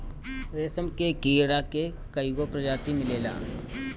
रेशम के कीड़ा के कईगो प्रजाति मिलेला